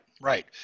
right